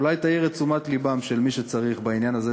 אולי תעיר את תשומת לבם של מי שצריך בעניין הזה,